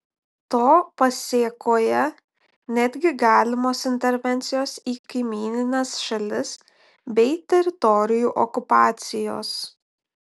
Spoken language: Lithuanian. to pasėkoje netgi galimos intervencijos į kaimynines šalis bei teritorijų okupacijos